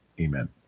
Amen